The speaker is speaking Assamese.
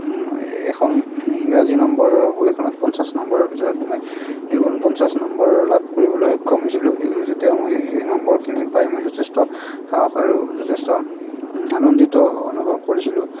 এখন ইংৰাজী নম্বৰৰ বহীখনত পঞ্চাছ নম্বৰৰ ভিতৰত মই এই ঊনপঞ্চাছ নম্বৰ লাভ কৰিবলৈ সক্ষম হৈছিলোঁ যেতিয়া মই সেই নম্বৰখিনি পায় মই যথেষ্ট সাহস আৰু যথেষ্ট আনন্দিত অনুভৱ কৰিছিলোঁ